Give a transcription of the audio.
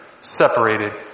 Separated